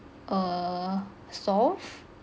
err soft